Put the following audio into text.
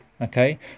okay